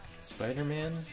Spider-Man